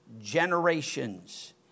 generations